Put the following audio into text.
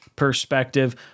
perspective